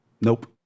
Nope